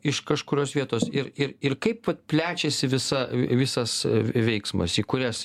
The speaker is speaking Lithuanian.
iš kažkurios vietos ir ir ir kaip plečiasi visa visas veiksmas į kurias